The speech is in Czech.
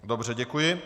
Dobře, děkuji.